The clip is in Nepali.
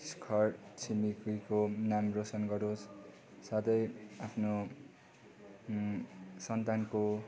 घर छिमेकीको नाम रोसन गरोस् सधैँ आफ्नो सन्तानको